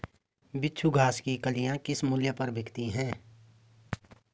बिच्छू घास की कलियां किस मूल्य पर बिकती हैं?